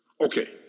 Okay